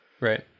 Right